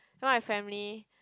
now I family